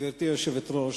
גברתי היושבת-ראש,